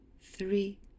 three